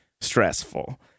stressful